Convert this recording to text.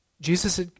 Jesus